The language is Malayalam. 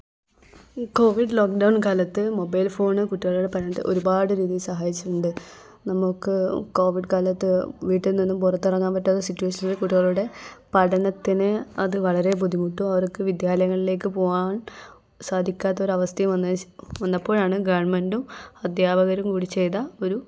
കോവിഡ് ലോക്ക്ഡൗൺ കാലത്ത് മൊബൈൽ ഫോൺ കുട്ടികളുടെ പഠനത്തിന് ഒരുപാട് രീതിയിൽ സഹായിച്ചിട്ടുണ്ട് നമുക്ക് കോവിഡ് കാലത്ത് വീട്ടിൽ നിന്നും പുറത്തിറങ്ങാൻ പറ്റാതെ സിറ്റ്ഷവേഷനിൽ കുട്ടികളൊടെ പഠനത്തിന് അത് വളരെ ബുദ്ധിമുട്ടും അവർക്ക് വിദ്യാലയങ്ങളിലേക്ക് പോവാൻ സാധിക്കാത്തൊരവസ്ഥയും വന്നതിന് ശേ വന്നപ്പോഴാണ് ഗവൺമെൻറ്റും അധ്യാപകരും കൂടി ചെയ്ത ഒരു